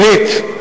שנית,